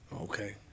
Okay